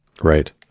Right